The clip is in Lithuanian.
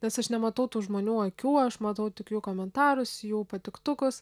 nes aš nematau tų žmonių akių aš matau tik jų komentarus jų patiktukus